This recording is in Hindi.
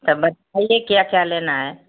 तो बताइए क्या क्या लेना है